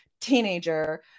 teenager